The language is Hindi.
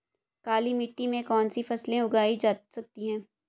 काली मिट्टी में कौनसी फसलें उगाई जा सकती हैं?